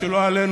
לא עלינו,